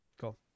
Cool